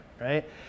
right